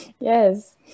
Yes